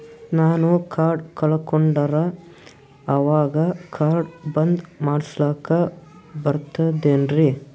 ನಾನು ಕಾರ್ಡ್ ಕಳಕೊಂಡರ ಅವಾಗ ಕಾರ್ಡ್ ಬಂದ್ ಮಾಡಸ್ಲಾಕ ಬರ್ತದೇನ್ರಿ?